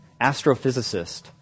astrophysicist